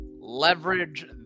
leverage